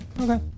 Okay